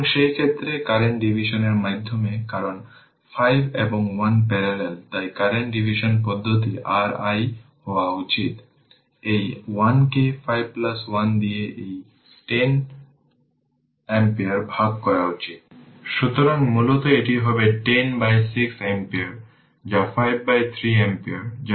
সুতরাং এই 2 parallel 2 Ω resistor এবং 05 ইন্ডাক্টর উভয়ই প্যারালাল এবং এই ভোল্টেজটিকে বলা হয় v তাই এর মানে R i y একটি 2 Ω রেজিস্টর জুড়ে একই ভোল্টেজ হবে তাই এটি V 2 Ω রেজিস্টর